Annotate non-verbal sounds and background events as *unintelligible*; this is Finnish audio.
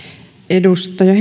edustaja *unintelligible*